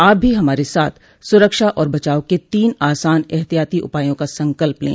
आप भी हमारे साथ सुरक्षा और बचाव के तीन आसान एहतियाती उपायों का संकल्प लें